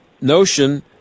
notion